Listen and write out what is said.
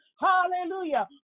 Hallelujah